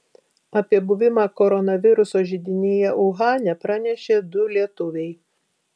apie buvimą koronaviruso židinyje uhane pranešė du lietuviai